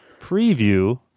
preview